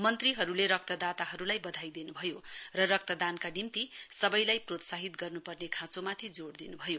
मन्त्रीहरूले रक्तदाताहरूलाई वधाई दिनुभयो र रक्तदानका निम्ति सबैलाई प्रोत्साहित गर्न्पर्ने खाँचोमाथि जोड़ दिन्भयो